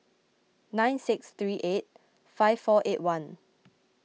nine six three eight five four eight one